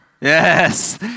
Yes